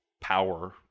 power